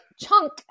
Chunk